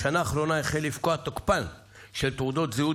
בשנה האחרונה החל לפקוע תוקפן של תעודות זהות